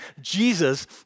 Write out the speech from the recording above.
Jesus